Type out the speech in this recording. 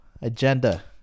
agenda